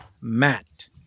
Matt